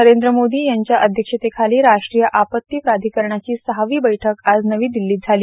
नरेंद्र मोदी यांच्या अध्यक्षतेखाली राष्ट्रीय आपत्ती प्राधिकरणाची सहावी बैठक आज नवी दिल्लीत झाली